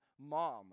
mom